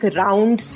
round